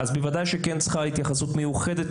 אז ודאי שצריך לתת לכך התייחסות מיוחדת.